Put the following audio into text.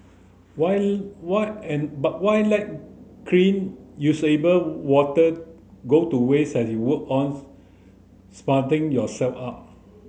why why and why let clean usable water go to waste as you work on sprucing yourself up